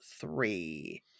three